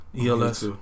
ELS